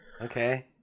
Okay